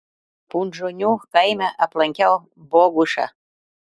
punžonių kaime aplankiau bogušą